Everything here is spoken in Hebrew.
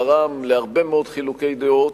גרם להרבה מאוד חילוקי דעות,